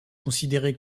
considérée